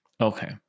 Okay